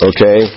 Okay